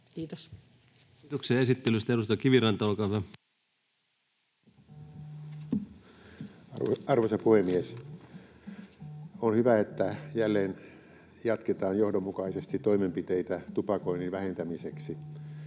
Kiitos. Kiitoksia esittelystä. — Edustaja Kiviranta, olkaa hyvä. Arvoisa puhemies! On hyvä, että jälleen jatketaan johdonmukaisesti toimenpiteitä tupakoinnin vähentämiseksi.